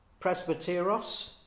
presbyteros